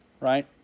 right